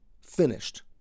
finished